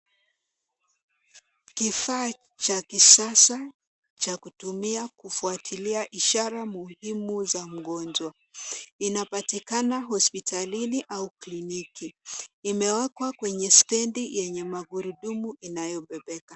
Kifaa cha kisasa cha kutumia kufuatilia ishara muhimu za mgonjwa. Inapatikana hospitalini au kliniki. Imewekwa kwenye stendi yenye magurudumu inayobebeka.